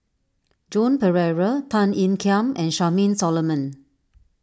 Joan Pereira Tan Ean Kiam and Charmaine Solomon